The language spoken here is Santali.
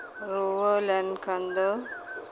ᱨᱩᱣᱟᱹ ᱞᱮᱱᱠᱷᱟᱱ ᱫᱚ